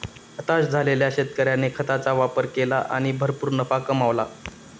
हताश झालेल्या शेतकऱ्याने खताचा वापर केला आणि भरपूर नफा कमावला